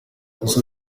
gusa